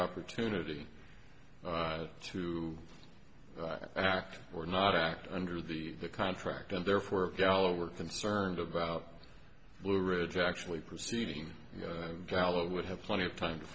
opportunity to act or not act under the contract and therefore yeah we're concerned about blue ridge actually proceeding gallo would have plenty of time to